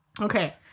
Okay